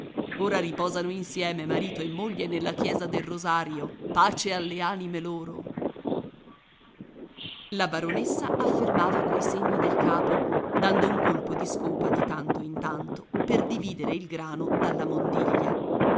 ora riposano insieme marito e moglie nella chiesa del rosario pace alle anime loro la baronessa affermava coi segni del capo dando un colpo di scopa di tanto in tanto per dividere il grano dalla mondiglia